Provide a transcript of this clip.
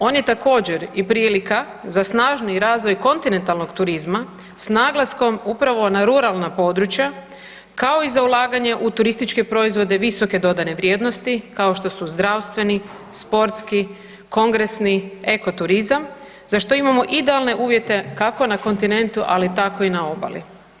On je također i prilika za snažniji razvoj kontinentalnog turizma s naglaskom upravo na ruralna područja kao i za ulaganje u turističke proizvode visoke dodane vrijednosti kao što su zdravstveni, sportski, kongresni, ekoturizam za što imamo idealne uvjete kako na kontinentu ali tako i na obali.